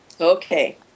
Okay